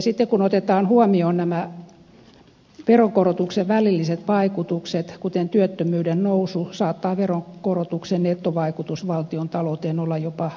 sitten kun otetaan huomioon nämä veronkorotuksen välilliset vaikutukset kuten työttömyyden nousu saattaa veronkorotuksen nettovaikutus valtion talouteen olla jopa negatiivinen